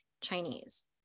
Chinese